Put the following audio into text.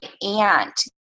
aunt